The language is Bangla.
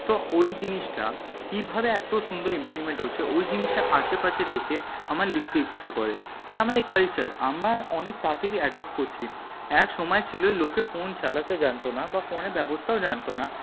তো ওই জিনিসটা কীভাবে এত সুন্দর ইমপ্লিমেন্ট হচ্ছে ওই জিনিসটা আশেপাশে দেখে আমার লিখতে ইচ্ছা করে আর আমাদের কালচার আমরা অনেক তাড়াতাড়ি অ্যাডপ্ট করছি একসময় ছিল লোকে ফোন চালাতে জানত না বা ফোনের ব্যবস্থাও জানত না